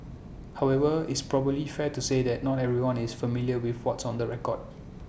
however is probably fair to say that not everyone is familiar with what's on the record